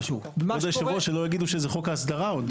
כל הנושא של השינוי יעוד הוא באמת חדש מאוד.